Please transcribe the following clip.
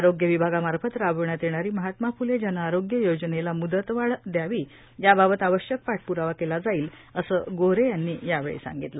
आरोग्य विभागामार्फत राबवण्यात येणारी महात्मा फुले जनआरोग्य योजनेला मूदत वाढ द्यावी याबाबत आवश्यक पाठप्रावा केला जाईल असं गोऱ्हे यांनी यावेळी सांगितलं